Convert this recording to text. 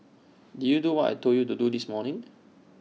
did you do what I Told you to do this morning